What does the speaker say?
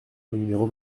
numéro